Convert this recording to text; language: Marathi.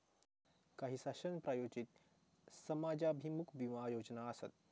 काही शासन प्रायोजित समाजाभिमुख विमा योजना आसत